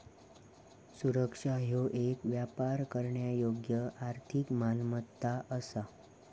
सुरक्षा ह्यो येक व्यापार करण्यायोग्य आर्थिक मालमत्ता असा